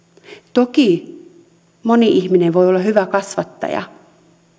toki moni ihminen voi olla hyvä kasvattaja